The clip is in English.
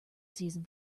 season